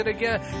again